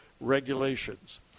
regulations